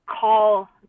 call